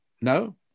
No